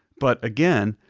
but again,